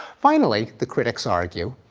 finally, the critics argue,